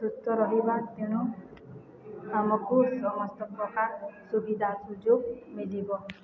ରହିବା ତେଣୁ ଆମକୁ ସମସ୍ତ ପ୍ରକାର ସୁବିଧା ସୁଯୋଗ ମିଳିବ